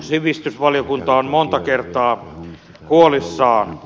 sivistysvaliokunta on monta kertaa huolissaan